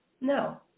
no